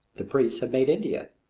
the priests have made india.